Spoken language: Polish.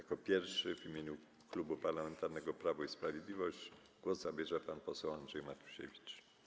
Jako pierwszy w imieniu Klubu Parlamentarnego Prawo i Sprawiedliwość głos zabierze pan poseł Andrzej Matusiewicz.